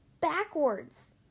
Backwards